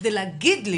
כדי להגיד לי